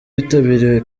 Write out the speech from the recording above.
witabiriwe